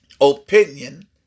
opinion